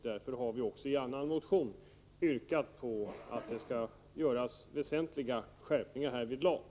Därför har vi också i en annan motion yrkat på att det skall göras väsentliga skärpningar härvidlag.